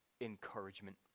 encouragement